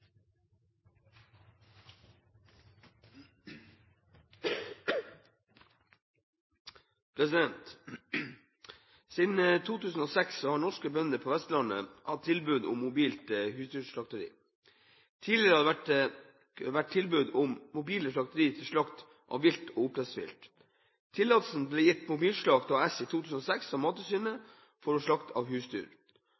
landet. Siden 2006 har norske bønder på Vestlandet hatt tilbud om mobilt husdyrslakteri. Tidligere har det vært tilbud om mobile slakteri til slakt av vilt og oppdrettsvilt. Tillatelsen ble gitt til Mobilslakt AS i 2006 av Mattilsynet